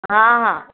हा